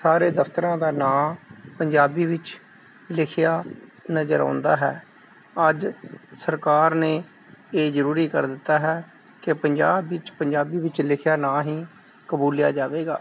ਸਾਰੇ ਦਫਤਰਾਂ ਦਾ ਨਾਂ ਪੰਜਾਬੀ ਵਿੱਚ ਲਿਖਿਆ ਨਜ਼ਰ ਆਉਂਦਾ ਹੈ ਅੱਜ ਸਰਕਾਰ ਨੇ ਇਹ ਜਰੂਰੀ ਕਰ ਦਿੱਤਾ ਹੈ ਕਿ ਪੰਜਾਬ ਵਿੱਚ ਪੰਜਾਬੀ ਵਿੱਚ ਲਿਖਿਆ ਨਾ ਹੀ ਕਬੂਲਿਆ ਜਾਵੇਗਾ